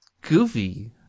goofy